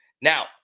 Now